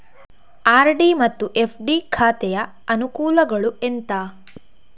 RD ಮತ್ತು FD ಖಾತೆಯ ಅನುಕೂಲಗಳು ಎಂತ?